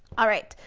all right,